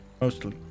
mostly